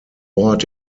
ort